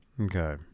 Okay